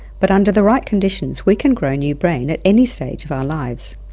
but under the right conditions we can grow new brain at any stage of our lives.